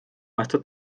aastat